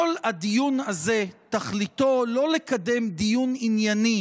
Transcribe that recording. כל הדיון הזה תכליתו לא לקדם דיון ענייני